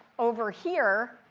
over here,